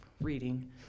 reading